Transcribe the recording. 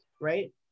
right